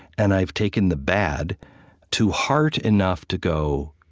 and i've taken the bad to heart enough to go,